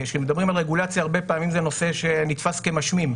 כשמדברים על רגולציה הרבה פעמים זה נושא שנתפס כמשמים,